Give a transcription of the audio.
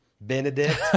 Benedict